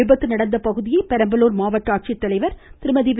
விபத்து நடந்த பகுதியை பெரம்பலூர் மாவட்ட ஆட்சித்தலைவர் வே